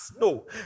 No